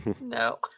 No